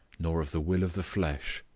nor of the will of the flesh,